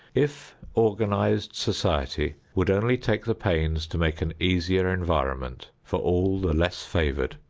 if organized society would only take the pains to make an easier environment for all the less favored,